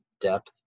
depth